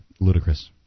Ludicrous